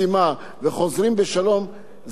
אחרת אי-אפשר להסביר את זה.